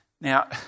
Now